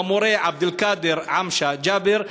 מהמורה עבד-אלקאדר עמשה ג'אבר,